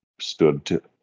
stood